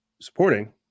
supporting